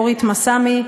אורית מסמי,